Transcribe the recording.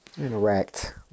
interact